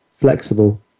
flexible